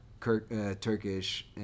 Turkish